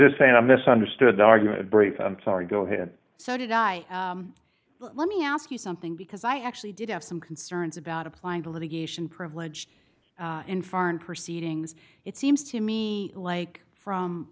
just saying i misunderstood the argument breaks i'm sorry go ahead so did i let me ask you something because i actually did have some concerns about applying the litigation privilege in foreign proceedings it seems to me like from